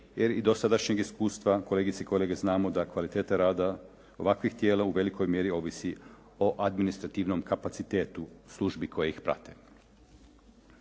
jer iz dosadašnjeg iskustva kolegice i kolege znamo da kvaliteta rada ovakvih tijela u velikoj mjeri ovisi o administrativnom kapacitetu službi koje ih prate.